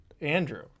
Andrew